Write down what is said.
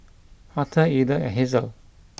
Arthur Eda and Hazle